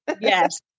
Yes